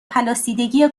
پلاسیدگی